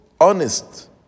honest